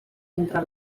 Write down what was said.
entre